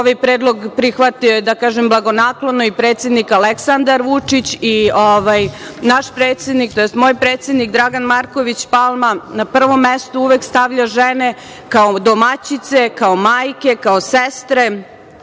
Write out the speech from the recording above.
Ovaj predlog prihvatio, da kažem blagonaklono, i predsednik Aleksandar Vučić i naš, tj. moj predsednik Dragan Marković Palma, na prvom mestu uvek stavlja žene, kao domaćice, kao majke, kao sestre,